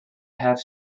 half